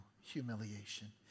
humiliation